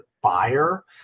buyer